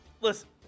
Listen